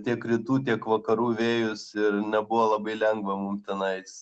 tiek rytų tiek vakarų vėjus ir nebuvo labai lengva mum tenais